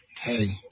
Hey